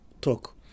talk